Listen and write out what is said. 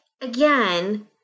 again